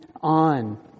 on